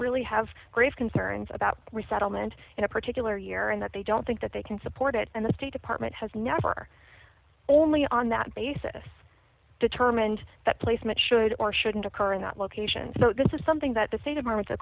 really have grave concerns about resettlement in a particular year and that they don't think that they can support it and the state department has never only on that basis determined that placement should or shouldn't occur in that location so this is something that the state of